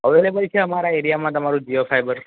available છે અમારા એરિયામાં તમારો જીઓ ફાઈબર